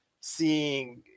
seeing